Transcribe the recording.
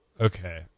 Okay